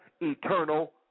eternal